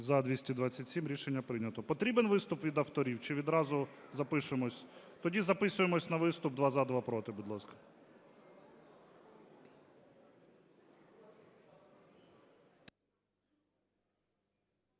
За-227 Рішення прийнято. Потрібен виступ від авторів чи відразу запишемось? Тоді записуємось на виступ: два – за, два – проти, будь ласка.